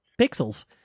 Pixels